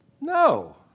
No